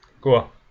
Cool